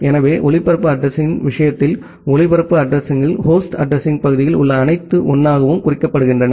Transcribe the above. எனவே ஒளிபரப்பு அட்ரஸிங்யின் விஷயத்தில் ஒளிபரப்பு அட்ரஸிங்கள் ஹோஸ்ட் அட்ரஸிங் பகுதியில் உள்ள அனைத்து 1 ஆகவும் குறிக்கப்படுகின்றன